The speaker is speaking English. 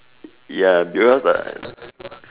ya because I